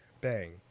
Bang